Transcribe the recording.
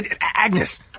Agnes